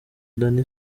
danny